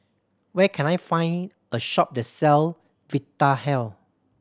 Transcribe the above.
where can I find a shop that sell Vitahealth